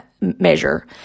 measure